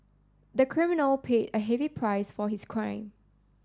the criminal paid a heavy price for his crime